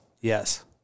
yes